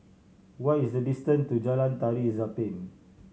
what is the distant to Jalan Tari Zapin